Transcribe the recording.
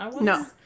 no